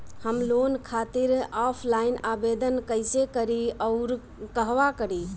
हम लोन खातिर ऑफलाइन आवेदन कइसे करि अउर कहवा करी?